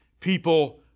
people